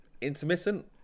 intermittent